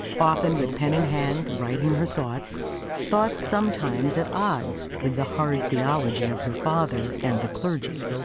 often with pen in hand writing her thoughts thoughts sometimes at odds with the hard theology of her father and the clergy.